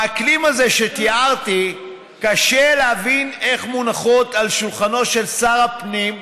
באקלים הזה שתיארתי קשה להבין איך מונחות על שולחנו של שר הפנים,